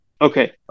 Okay